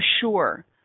sure